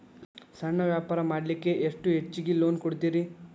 ಸಣ್ಣ ವ್ಯಾಪಾರ ಮಾಡ್ಲಿಕ್ಕೆ ಎಷ್ಟು ಹೆಚ್ಚಿಗಿ ಲೋನ್ ಕೊಡುತ್ತೇರಿ?